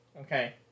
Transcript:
Okay